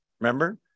Remember